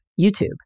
YouTube